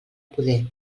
poder